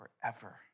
forever